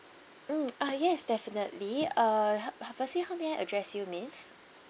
mm ah yes definitely uh how how firstly how may I address you miss